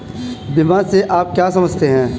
बीमा से आप क्या समझते हैं?